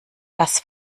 dass